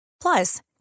Plus